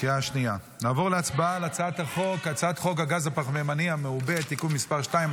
נעבור להצבעה על הצעת חוק הגז הפחמימני המעובה (תיקון מס' 2),